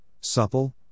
supple